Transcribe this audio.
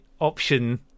option